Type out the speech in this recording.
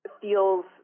feels